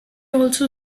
also